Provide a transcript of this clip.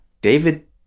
David